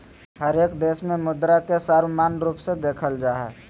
हरेक देश में मुद्रा के सर्वमान्य रूप से देखल जा हइ